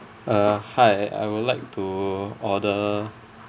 uh hi I would like to order